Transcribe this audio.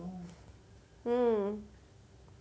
hmm